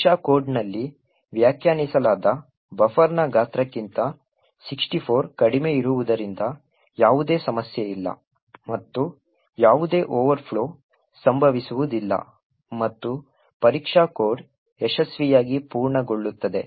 ಪರೀಕ್ಷಾ ಕೋಡ್ನಲ್ಲಿ ವ್ಯಾಖ್ಯಾನಿಸಲಾದ ಬಫರ್ನ ಗಾತ್ರಕ್ಕಿಂತ 64 ಕಡಿಮೆ ಇರುವುದರಿಂದ ಯಾವುದೇ ಸಮಸ್ಯೆ ಇಲ್ಲ ಮತ್ತು ಯಾವುದೇ ಓವರ್ಫ್ಲೋ ಸಂಭವಿಸುವುದಿಲ್ಲ ಮತ್ತು ಪರೀಕ್ಷಾ ಕೋಡ್ ಯಶಸ್ವಿಯಾಗಿ ಪೂರ್ಣಗೊಳ್ಳುತ್ತದೆ